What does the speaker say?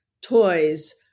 toys